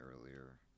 earlier